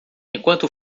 enquanto